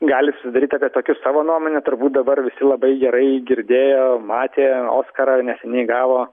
gali susidaryt apie tokius savo nuomonę turbūt dabar visi labai gerai girdėjo matė oskarą neseniai gavo